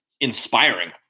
inspiring